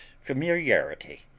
familiarity